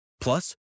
Plus